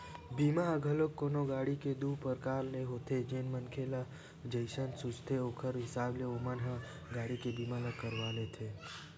बीमा ह घलोक कोनो गाड़ी के दू परकार ले होथे जेन मनखे ल जइसन सूझथे ओखर हिसाब ले ओमन ह गाड़ी के बीमा ल करवा लेथे